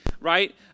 right